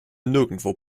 nirgendwo